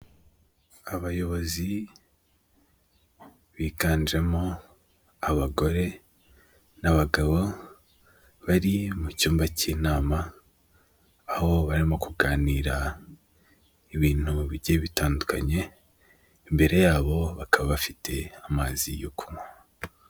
Abayobozi biganjemo abagore n'abagabo bari mu cyumba cy'inama, aho barimo kuganira ibintu bigiye bitandukanye, imbere yabo bakaba bafite amazi yo kunywa.